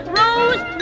rose